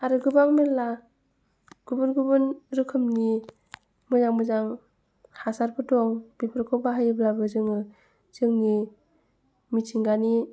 आरो गोबां मेल्ला गुबुन गुबुन रोखोमनि मोजां मोजां हासारफोर दं बेफोरखौ बाहायोब्लाबो जोङो जोंनि मिथिंगानि